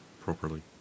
properly